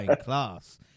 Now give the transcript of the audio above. class